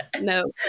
no